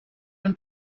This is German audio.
und